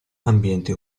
ambienti